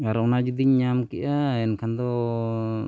ᱟᱨ ᱚᱱᱟ ᱡᱩᱫᱤᱧ ᱧᱟᱢ ᱠᱮᱫᱼᱟ ᱮᱱᱠᱷᱟᱱ ᱫᱚᱻ